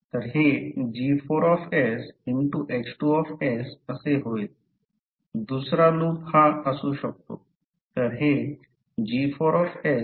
तर हे G4H2 असे होईल दुसरा लूप हा असू शकतो